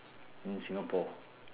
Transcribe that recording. in singapore